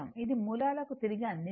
ఇది మూలాలను తిరిగి అందించడం